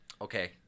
Okay